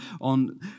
on